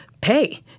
pay